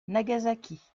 nagasaki